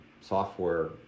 software